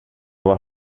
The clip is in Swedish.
var